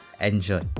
Enjoy